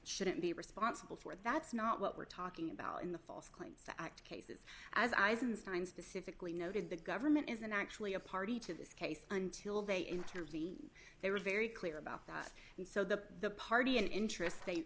shouldn't be responsible for that's not what we're talking about in the false claims act cases as eisenstein specifically noted the government isn't actually a party to this case until they intervened they were very clear about that and so the party an interest they